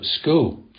school